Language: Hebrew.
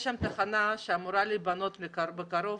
יש שם תחנה שאמורה להיבנות בקרוב.